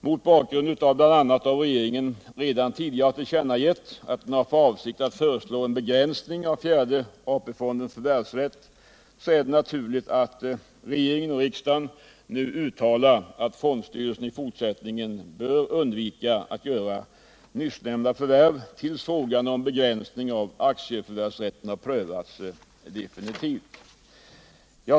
Mot bakgrund bl.a. av att regeringen redan tidigare har tillkännagivit att den har för avsikt att föreslå en begränsning av fjärde AP-fondens förvärvsrätt är det naturligt, att regeringen och riksdagen nu uttalar att fondstyrelsen bör undvika att göra nyssnämnda förvärv, tills frågan om en begränsning av aktieförvärvsrätten har prövats definitivt.